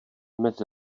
mezi